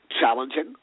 challenging